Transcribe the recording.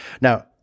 now